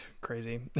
crazy